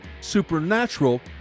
supernatural